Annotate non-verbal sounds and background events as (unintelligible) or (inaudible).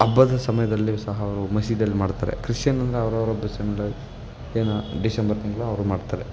ಹಬ್ಬದ ಸಮಯದಲ್ಲಿಯೂ ಸಹ ಅವರು ಮಸೀದಿಯಲ್ಲಿ ಮಾಡ್ತಾರೆ ಕ್ರಿಶ್ಚಿಯನ್ ಅಂದರೆ ಅವರವ್ರ ಹಬ್ಬದ್ (unintelligible) ಏನು ಡಿಸೆಂಬರ್ ತಿಂಗಳು ಅವರು ಮಾಡ್ತಾರೆ